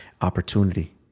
opportunity